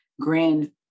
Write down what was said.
grand